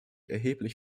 erheblich